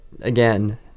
again